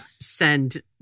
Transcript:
send